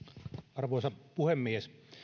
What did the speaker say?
arvoisa puhemies